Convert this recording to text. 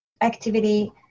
activity